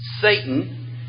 Satan